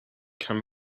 can